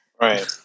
Right